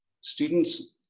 Students